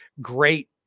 great